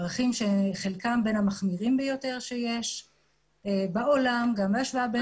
ערכים שחלקם בין המחמירים ביותר שיש בעולם גם בהשוואה בין-לאומית.